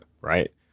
right